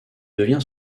devient